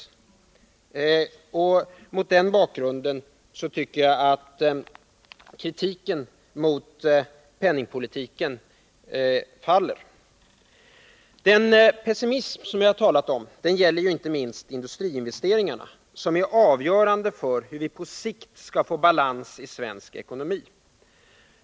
Mot den bakgrunden tycker jag att kritiken mot penningpolitiken faller. Den pessimism som jag talat om gäller inte minst industriinvesteringarna, som är avgörande för hur vi på sikt skall få balans i svensk ekonomi.